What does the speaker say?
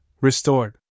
restored